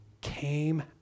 came